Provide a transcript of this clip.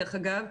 דרך אגב,